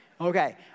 Okay